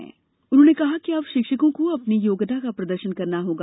श्री चौधरी ने कहा कि अब शिक्षकों को अपनी योग्यता का प्रदर्शन करना होगा